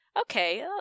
okay